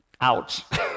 ouch